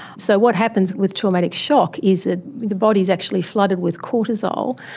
so what happens with traumatic shock is that the body is actually flooded with cortisol,